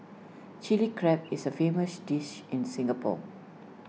Chilli Crab is A famous dish in Singapore